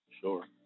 Sure